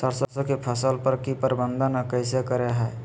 सरसों की फसल पर की प्रबंधन कैसे करें हैय?